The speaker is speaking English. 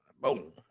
Boom